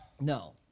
No